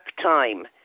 time